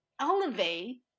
elevate